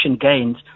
gains